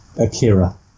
Akira